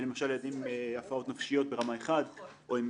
אלה למשל ילדים עם הפרעות נפשיות ברמה 1 או עם